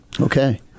okay